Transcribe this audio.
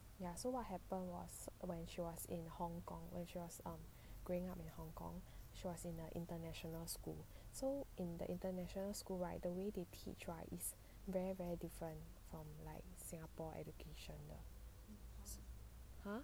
ya so what happened was when she was in hong-kong when she was um growing up in hong-kong she was in a international school so in the international school right the way they teach right is very very different from like singapore education